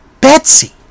Betsy